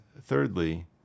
thirdly